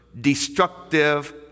destructive